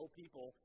people